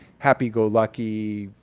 happy-go-lucky,